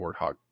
warthog